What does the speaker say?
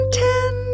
ten